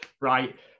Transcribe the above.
right